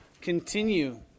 continue